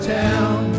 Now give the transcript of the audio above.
town